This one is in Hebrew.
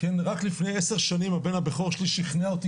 רק לפני עשר שנים הבן הבכור שלי שיכנע אותי,